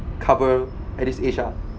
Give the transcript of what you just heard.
cover at this age lah